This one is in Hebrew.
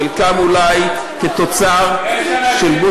חלקם אולי כתוצר של,